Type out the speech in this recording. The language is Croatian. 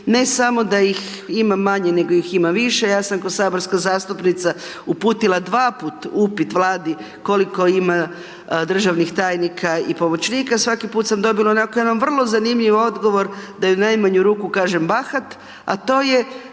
ne samo da ih ima manje, nego ih ima više. Ja sam kao saborska zastupnica uputila 2 puta upit vladi, koliko ima državnih tajnika i pomoćnika, svaki puta sam dobila onako vrlo zanimljiv odgovor, da i u najmanju ruku kažem bahat, a to je